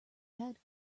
head